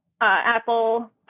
apple